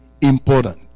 important